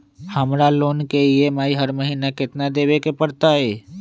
हमरा लोन के ई.एम.आई हर महिना केतना देबे के परतई?